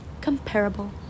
comparable